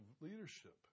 leadership